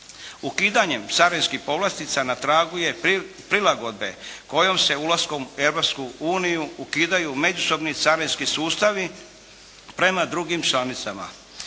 Ukidanjem carinskih povlastica na tragu je prilagodbe kojom se ulaskom u Europsku uniju ukidaju međusobni carinski sustavi prema drugim članicama